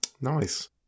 Nice